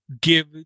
give